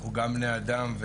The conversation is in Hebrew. אנחנו גם בני אדם,